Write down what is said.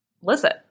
listen